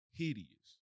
hideous